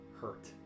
hurt